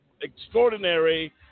extraordinary